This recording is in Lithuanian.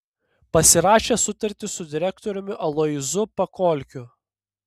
pasirašė sutartį su direktoriumi aloyzu pakolkiu